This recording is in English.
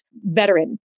veteran